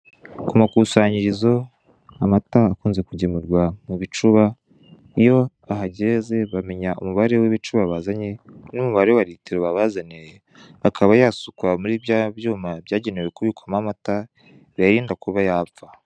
ku makusanyirizo amata akunze kugemurwa mubicuba iyo bahageze bamenya umubare w'ibicuba bazanye n'umubare wa litiro babazaniye akaba yasukwa muri byabyuma byagenewe kubikwamo amata biyarinda kuba yapfa.